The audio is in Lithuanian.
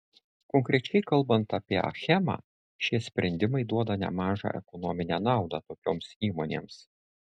konkrečiai kalbant apie achemą šie sprendimai duoda nemažą ekonominę naudą tokioms įmonėms